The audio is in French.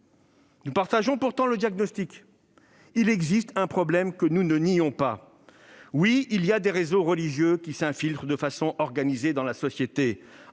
Nous partageons pourtant le diagnostic ; il existe un problème, que nous ne nions pas. Oui, il y a des réseaux religieux qui s'infiltrent de façon organisée dans la société,